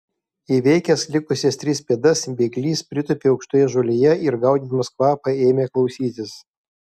įveikęs likusias tris pėdas bėglys pritūpė aukštoje žolėje ir gaudydamas kvapą ėmė klausytis